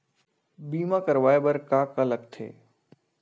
बीमा करवाय बर का का लगथे?